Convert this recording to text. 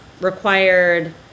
required